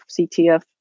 ctf